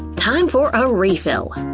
time for a refill.